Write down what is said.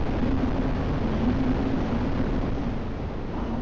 अभी तक नहीं आई है आप